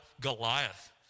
Goliath